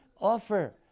offer